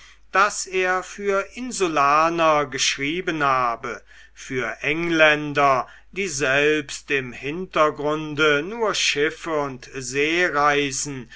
daß er für insulaner geschrieben habe für engländer die selbst im hintergrunde nur schiffe und seereisen